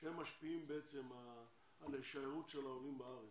שהם משפיעים על הישארות העולים בארץ.